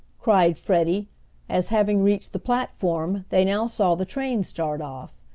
cried freddie as, having reached the platform, they now saw the train start off.